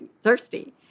thirsty